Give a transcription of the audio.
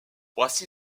voici